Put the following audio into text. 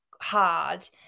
hard